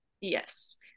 Yes